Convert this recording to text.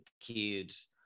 kids